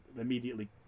immediately